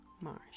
Marsh